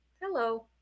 Hello